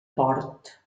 port